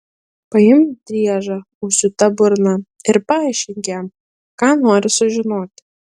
paimk driežą užsiūta burna ir paaiškink jam ką nori sužinoti